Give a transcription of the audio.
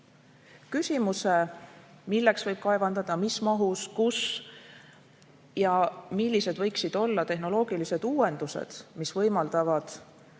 Küsimuse, milleks võib kaevandada, mis mahus, kus ja millised võiksid olla tehnoloogilised uuendused, mis võimaldavad